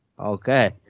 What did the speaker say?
Okay